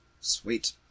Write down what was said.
Sweet